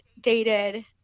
dated